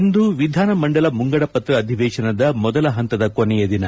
ಇಂದು ವಿಧಾನಮಂಡಲ ಮುಂಗಡ ಪತ್ರ ಅಧಿವೇಶನದ ಮೊದಲ ಪಂತದ ಕೊನೆಯ ದಿನ